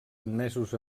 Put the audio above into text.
admesos